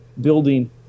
building